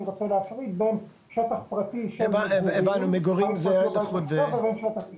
אני רוצה להפריד בין שטח פרטי של מגורים לבין שטח עסקי.